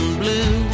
blue